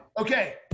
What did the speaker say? okay